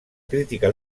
crítica